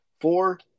four